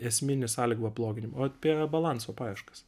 esminį sąlygų pabloginimą o apie balanso paieškas